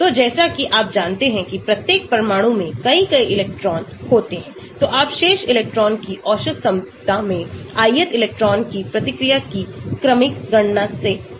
तो जैसा कि आप जानते हैं कि प्रत्येक परमाणु में कई कई इलेक्ट्रॉन होते हैं तो आप शेष इलेक्ट्रॉनों की औसत क्षमता में ith इलेक्ट्रॉन की प्रतिक्रिया की क्रमिक गणना से अनुमानित करते हैं